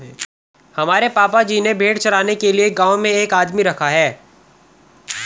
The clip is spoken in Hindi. हमारे पापा जी ने भेड़ चराने के लिए गांव के एक आदमी को रखा है